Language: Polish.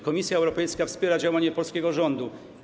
Komisja Europejska wspiera działania polskiego rządu.